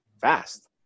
fast